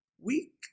Week